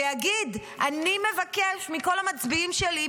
ויגיד: אני מבקש מכל המצביעים שלי,